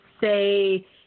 Say